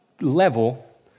level